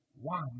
one